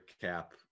cap